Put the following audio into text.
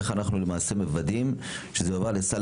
איך אנחנו למעשה מוודאים שזה יועבר לסל